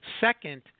Second